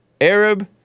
Arab